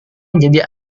menjadi